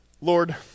Lord